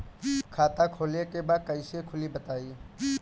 खाता खोले के बा कईसे खुली बताई?